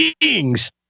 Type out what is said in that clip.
beings